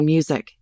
Music